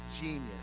genius